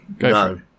no